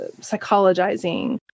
psychologizing